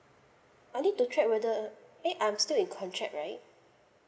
I need to check whether eh I'm still in contract right